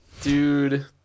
dude